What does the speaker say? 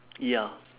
ya